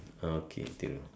uh okay Thiru